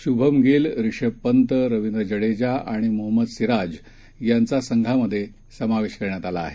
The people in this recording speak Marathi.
श्भम गिल रिषभ पंत रविंद्र जडेजा आणि मोहम्मद सिराज यांचा संघात समावेश करण्यात आला आहे